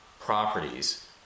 properties